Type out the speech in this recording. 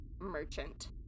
merchant